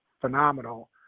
phenomenal